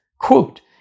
Quote